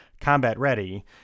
combat-ready